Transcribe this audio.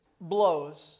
blows